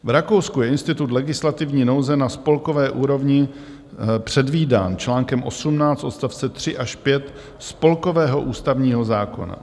V Rakousku je institut legislativní nouze na spolkové úrovni předvídán článkem 18 odstavce 3 až 5 spolkového ústavního zákona.